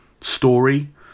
Story